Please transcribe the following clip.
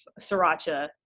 Sriracha